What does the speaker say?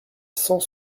cent